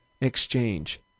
exchange